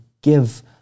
give